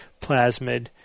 plasmid